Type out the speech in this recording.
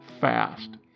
fast